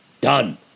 done